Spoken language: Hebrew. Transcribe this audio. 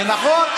זה נכון,